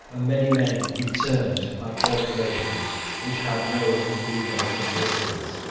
many men returned by corporations which had no legal existence?